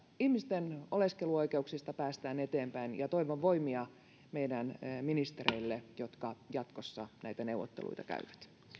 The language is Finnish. ihmisten oleskeluoikeuksista päästään eteenpäin ja toivon voimia niille meidän ministereillemme jotka jatkossa näitä neuvotteluita käyvät